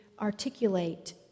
articulate